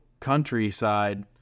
countryside